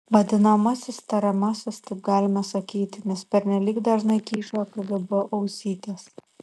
vadinamasis tariamasis taip galime sakyti nes pernelyg dažnai kyšo kgb ausytės